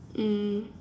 mm